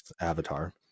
Avatar